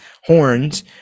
horns